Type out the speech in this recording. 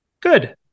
Good